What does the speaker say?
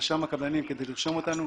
רשם הקבלנים כדי לרשום אותנו,